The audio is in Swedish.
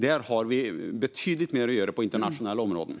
Där har vi betydligt mer att göra internationellt.